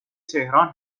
تهران